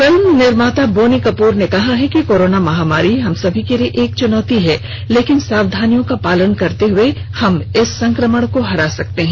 film निर्माता बोनी कपूर ने कहा है कि कोरोना महामारी हम सब के लिए एक चुनौती है लेकिन सावधानियों का पालन करते हुए हम इस संक्रमण को हरा सकते हैं